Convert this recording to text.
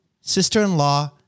Sister-in-law